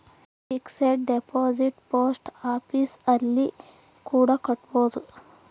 fixed deposit post office ಅಲ್ಲಿ ಕೂಡ ಕಟ್ಬೋದು